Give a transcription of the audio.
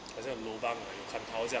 好像 lobang 有看到这样